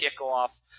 kickoff